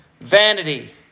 vanity